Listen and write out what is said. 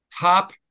top